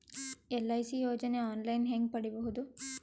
LIC ಯೋಜನೆ online ಹೇಂಗ ಪಡಿಬಹುದು?